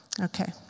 Okay